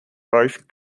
both